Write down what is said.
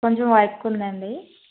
కొంచం వైకుందండి